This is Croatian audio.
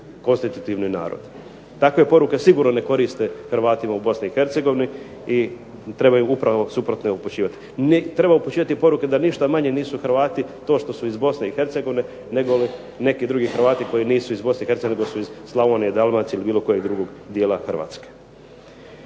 konstitutivni narod. Takve poruke sigurno ne koriste Hrvatima u BiH i treba im upravo suprotne upućivati. Treba upućivati poruke da ništa manje nisu Hrvati to što su iz BiH nego neki drugi Hrvati koji nisu iz BiH nego su iz Slavonije, Dalmacije ili bilo kojeg drugog dijela Hrvatske.